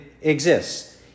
exists